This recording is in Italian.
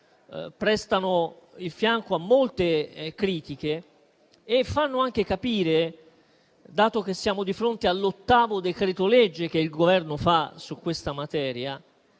prestano il fianco a molte critiche e fanno anche capire, dato che siamo di fronte all'ottavo decreto-legge che il Governo fa su questa materia